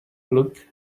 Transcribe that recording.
look